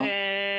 אה לך?